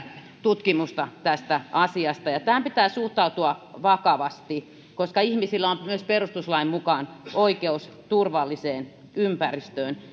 tutkimusta tästä asiasta tähän pitää suhtautua vakavasti koska ihmisillä on myös perustuslain mukaan oikeus turvalliseen ympäristöön